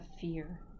fear